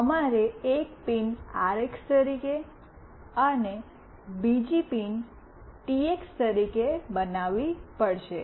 અમારે એક pin RX તરીકે અને બીજો પિન ટીએક્સ તરીકે બનાવવી પડશે